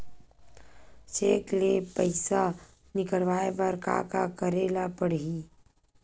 Cheque ले पईसा निकलवाय बर का का करे ल पड़हि?